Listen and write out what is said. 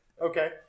Okay